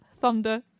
thunder